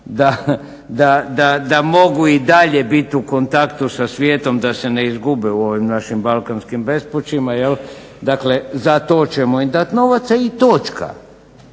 da mogu i dalje biti u kontaktu sa svijetom da se ne izgube u ovim našim balkanskim bespućima. Dakle, za to ćemo im dati novce i točka.